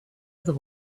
other